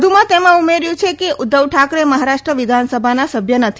વધુમાં તેમાં ઉમેર્થું છે કે ઉદ્વવ ઠાકરે મહારાષ્ટ્ર વિધાનસભાના સભ્ય નથી